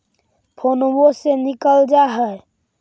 फोनवो से निकल जा है?